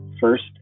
first